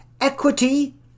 equity